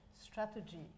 strategy